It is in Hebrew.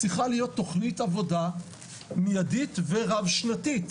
צריכה להיות תוכנית עבודה מיידית ורב שנתית